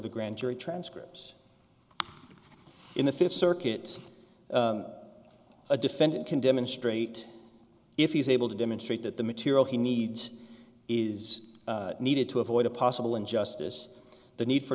the grand jury transcripts in the fifth circuit a defendant can demonstrate if he is able to demonstrate that the material he needs is needed to avoid a possible injustice the need for